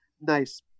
nice